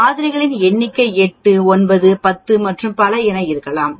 மாதிரிகளின் எண்ணிக்கை 8 9 10 மற்றும் பல என இருக்கலாம்